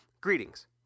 Greetings